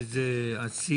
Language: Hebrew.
בכל אופן, זה השיח.